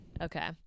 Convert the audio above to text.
Okay